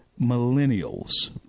millennials